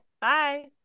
Bye